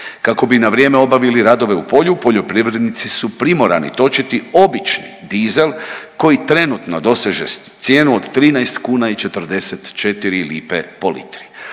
Kako bi na vrijeme obavili radove na polju poljoprivrednici su primorani točiti obični dizel koji trenutno doseže cijenu od 13 kuna i 44 lipe po litri.